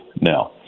no